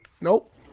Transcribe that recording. Nope